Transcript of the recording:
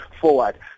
forward